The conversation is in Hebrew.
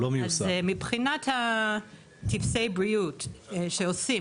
אז מבחינת טפסי הבריאות שעושים,